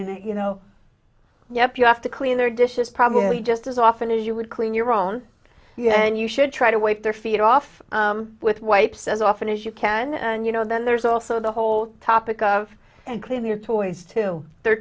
using you know yep you have to clean their dishes probably just as often as you would clean your own then you should try to wake their feet off with wipes as often as you can and you know then there's also the whole topic of and clean your toys to their